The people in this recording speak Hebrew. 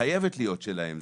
חייבת להיות שלהם.